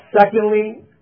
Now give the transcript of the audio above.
Secondly